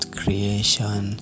creation